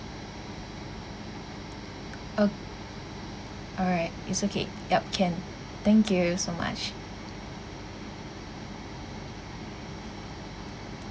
oh alright it's okay yup can thank you so much